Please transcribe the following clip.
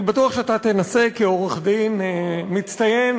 אני בטוח שאתה תנסה, כעורך-דין מצטיין,